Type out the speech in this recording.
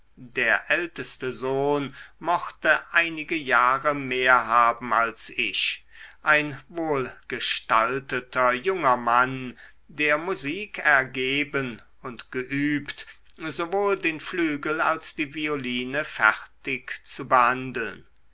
der älteste sohn mochte einige jahre mehr haben als ich ein wohlgestalteter junger mann der musik ergeben und geübt sowohl den flügel als die violine fertig zu behandeln